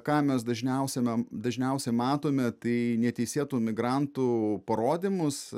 ką mes dažniausiam dažniausiai matome tai neteisėtų migrantų parodymus